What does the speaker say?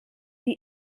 die